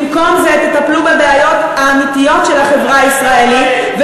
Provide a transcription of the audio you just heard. במקום זה תטפלו בבעיות האמיתיות של החברה הישראלית.